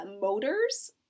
motors